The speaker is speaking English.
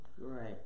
Right